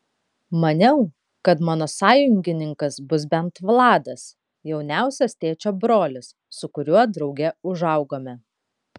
maniau kad mano sąjungininkas bus bent vladas jauniausias tėčio brolis su kuriuo drauge užaugome